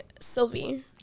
Sylvie